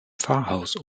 pfarrhaus